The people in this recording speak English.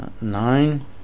nine